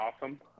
awesome